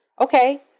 Okay